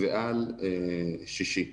ועל שישי ושבת.